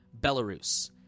Belarus